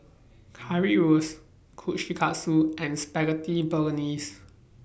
Currywurst Kushikatsu and Spaghetti Bolognese